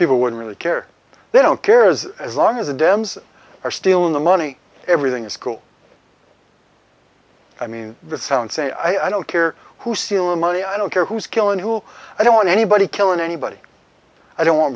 people would really care they don't care is as long as the dems are stealing the money everything is cool i mean the sound say i don't care who steal money i don't care who's killing who i don't want anybody killing anybody i don't want